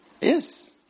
Yes